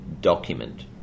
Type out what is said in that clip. document